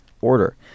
order